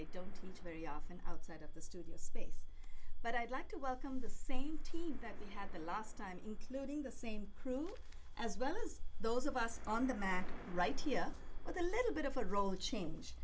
i don't very often outside of the studio space but i'd like to welcome the same team that had the last time including the same crew as well as those of us on the back right here with a little bit of a role change